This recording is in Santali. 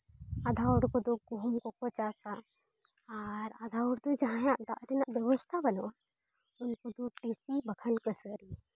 ᱟᱫᱷᱟ ᱦᱚᱲ ᱠᱚᱫᱚ ᱜᱩᱦᱩᱢ ᱠᱚᱠᱚ ᱪᱟᱥᱼᱟ ᱟᱨ ᱟᱫᱷᱟ ᱦᱳᱲᱳ ᱫᱚ ᱡᱟᱦᱟᱭᱟᱜ ᱫᱟᱜ ᱨᱮᱭᱟᱜ ᱵᱮᱵᱚᱥᱛᱷᱟ ᱵᱟᱹᱱᱩᱜᱼᱟ ᱩᱱᱠᱩ ᱫᱚ ᱴᱤᱥᱤ ᱵᱟᱠᱷᱟᱱ ᱠᱟᱹᱥᱟᱹᱨᱤ